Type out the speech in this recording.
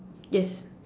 yes